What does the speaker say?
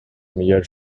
mere